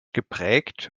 geprägt